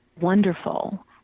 wonderful